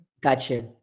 Gotcha